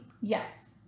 Yes